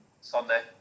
Sunday